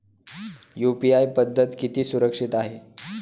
UPI पद्धत किती सुरक्षित आहे?